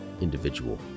individual